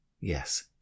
Yes